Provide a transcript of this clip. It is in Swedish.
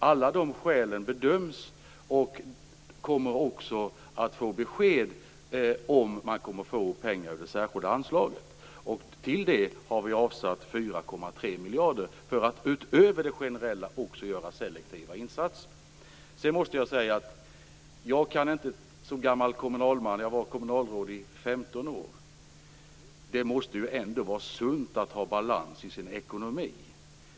Alla dessa skäl bedöms, och kommunerna får sedan besked om de kommer att få pengar ur det särskilda anslaget, till vilket vi har avsatt 4,3 miljarder för att utöver det generella statsbidraget också göra selektiva insatser. Som gammal kommunalman - jag var tidigare kommunalråd i 15 år - måste jag säga att det ändå måste vara sunt att ha balans i sin ekonomi.